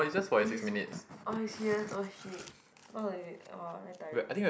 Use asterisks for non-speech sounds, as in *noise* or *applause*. *noise* it is oh you serious !oh shit! what are we !wah! very tiring